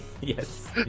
Yes